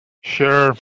Sure